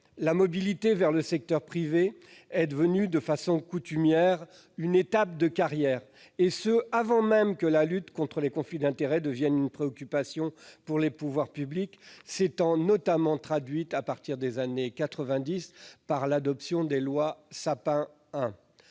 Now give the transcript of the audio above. la mobilité vers le secteur privé est devenue, de façon coutumière, une étape de carrière, et ce avant même que la lutte contre les conflits d'intérêts ne devienne une préoccupation pour les pouvoirs publics, laquelle s'est notamment traduite à partir des années quatre-vingt-dix par l'adoption de la loi Sapin I.